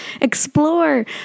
Explore